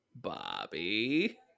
Bobby